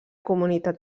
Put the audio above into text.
comunitat